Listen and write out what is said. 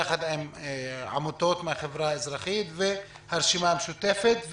יחד עם עמותות מהחברה האזרחית והרשימה המשותפת,